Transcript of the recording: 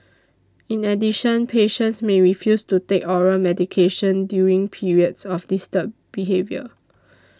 in addition patients may refuse to take oral medications during periods of disturbed behaviour